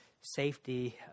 safety